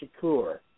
Shakur